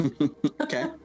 Okay